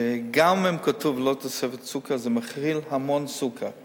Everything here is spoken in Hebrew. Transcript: שגם אם כתוב "ללא תוספת סוכר", זה מכיל הרבה סוכר.